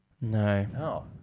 No